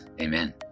Amen